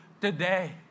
today